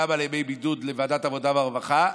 גם את ימי הבידוד לוועדת העבודה והרווחה,